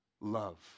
Love